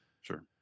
Sure